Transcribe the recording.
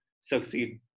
succeed